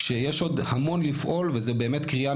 כשיש עוד המון לפעול וזו באמת קריאה